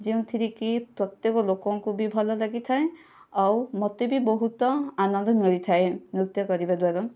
ଯେଉଁଥିରେ କି ପ୍ରତ୍ୟେକ ଲୋକଙ୍କୁ ବି ଭଲ ଲାଗିଥାଏ ଆଉ ମୋତେ ବି ବହୁତ ଆନନ୍ଦ ମିଳିଥାଏ ନୃତ୍ୟ କରିବା ଦ୍ୱାରା